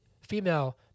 female